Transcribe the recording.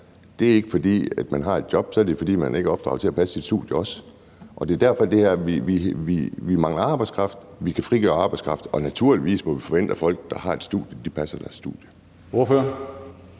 Det er ikke, fordi man har et job; så er det, fordi man ikke er opdraget til også at passe sit studie. Vi mangler arbejdskraft, vi kan frigøre arbejdskraft, og naturligvis må vi forvente, at folk, der er på et studie, passer deres studie.